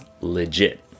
legit